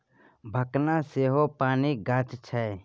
भखना सेहो पानिक गाछ छै